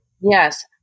Yes